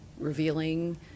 revealing